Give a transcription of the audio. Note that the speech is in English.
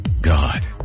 God